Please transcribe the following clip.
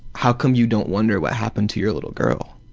how come you don't wonder what happened to your little girl?